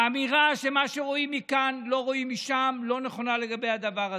האמירה שמה שרואים מכאן לא רואים משם לא נכונה לגבי הדבר הזה.